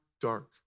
dark